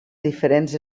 diferents